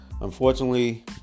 Unfortunately